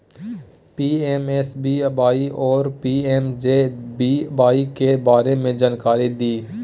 PMSBY आरो PMJJBY के बारे मे जानकारी दिय?